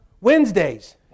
Wednesdays